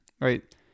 right